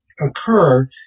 occur